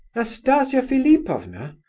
nastasia philipovna,